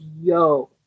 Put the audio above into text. Yo